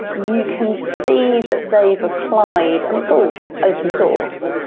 you can see that they've applied it's all open source.